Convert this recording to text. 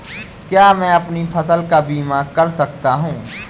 क्या मैं अपनी फसल का बीमा कर सकता हूँ?